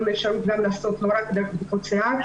אפשרות לעשות לא רק דרך בדיקות שיער,